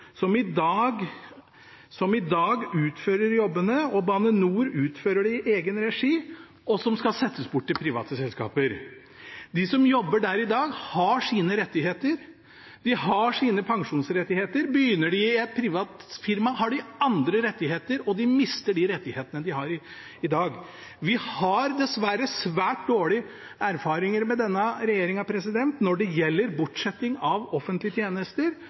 som i dag utfører jobbene. Bane NOR utfører dette i egen regi, og dette skal settes bort til private selskaper. De som jobber der i dag, har sine rettigheter, de har sine pensjonsrettigheter. Begynner de i et privat firma, har de andre rettigheter og mister de rettighetene de har i dag. Vi har dessverre svært dårlige erfaringer med denne regjeringen når det gjelder bortsetting av offentlige tjenester.